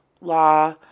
law